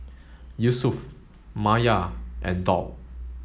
Yusuf Maya and Daud